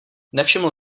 nevšiml